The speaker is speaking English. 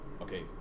okay